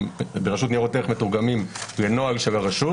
שברשות ניירות ערך מתורגמים לנוהל של הרשות,